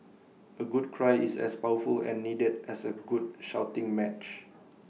A good cry is as powerful and needed as A good shouting match